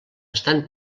estan